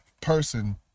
person